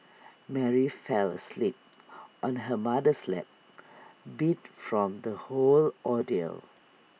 Mary fell asleep on her mother's lap beat from the whole ordeal